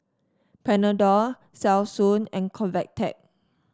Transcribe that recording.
Panadol Selsun and Convatec